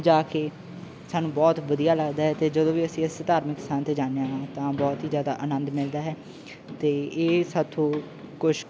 ਜਾ ਕੇ ਸਾਨੂੰ ਬਹੁਤ ਵਧੀਆ ਲੱਗਦਾ ਹੈ ਅਤੇ ਜਦੋਂ ਵੀ ਅਸੀਂ ਇਸ ਧਾਰਮਿਕ ਸਥਾਨ 'ਤੇ ਜਾਂਦੇ ਹਾਂ ਤਾਂ ਬਹੁਤ ਹੀ ਜ਼ਿਆਦਾ ਆਨੰਦ ਮਿਲਦਾ ਹੈ ਅਤੇ ਇਹ ਸਾਥੋਂ ਕੁਛ